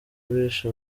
bishe